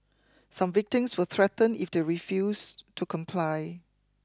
some victims were threatened if they refused to comply